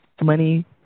Money